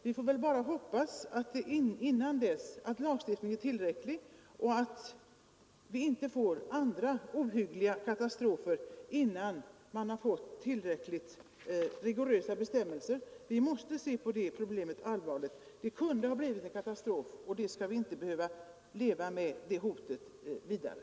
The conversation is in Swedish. Vi får bara hoppas att den lagstiftningen blir tillräcklig och att det inte inträffar andra, ohyggliga katastrofer innan vi har fått tillräckligt rigorösa bestämmelser. Vi måste se allvarligt på det här problemet. Det kunde ha blivit en fasansfull katastrof i Göteborg, och sådant hot skall vi inte behöva leva med vidare.